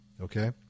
okay